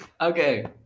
Okay